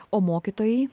o mokytojai